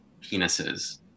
penises